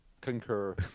concur